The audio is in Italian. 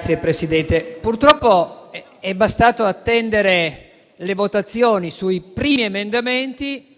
Signor Presidente, purtroppo è bastato attendere le votazioni sui primi emendamenti